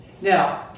Now